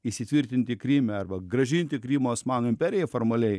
įsitvirtinti kryme arba grąžinti krymo osmanų imperija formaliai